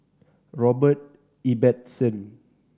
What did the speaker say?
Robert Ibbetson